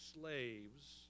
slaves